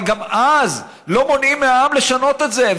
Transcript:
אבל גם אז לא מונעים מהעם לשנות את זה.